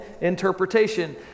interpretation